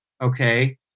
okay